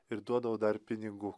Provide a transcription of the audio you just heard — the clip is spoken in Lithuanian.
ir duodavo dar pinigų